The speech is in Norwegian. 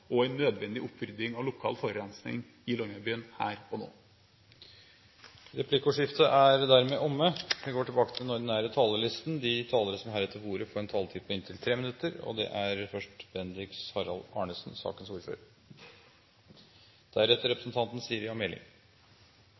og en nødvendig opprydding av lokal forurensning i Longyearbyen her og nå. Replikkordskiftet er dermed omme. De talere som heretter får ordet, har en taletid på inntil 3 minutter. Jeg merket meg at representanten Utsogn fra Fremskrittspartiet sa at det var bra at jeg mente at kull i uoverskuelig framtid er den eneste realistiske energikilden for produksjon av kraft og